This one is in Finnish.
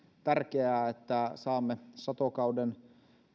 tärkeää että saamme satokauden